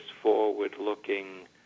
forward-looking